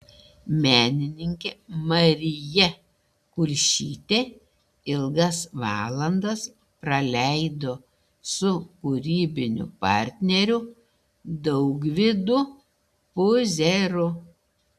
menininkė marija kulšytė ilgas valandas praleido su kūrybiniu partneriu daugvydu puzeru